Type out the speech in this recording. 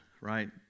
right